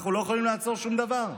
אנחנו לא יכולים לעצור שום דבר.